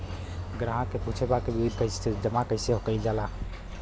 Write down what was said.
ग्राहक के पूछे के बा की बिल जमा कैसे कईल जाला?